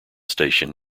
station